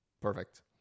perfect